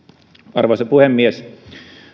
arvoisa puhemies